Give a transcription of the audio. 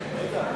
בני-זוג,